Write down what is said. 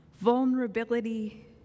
vulnerability